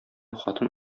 хатын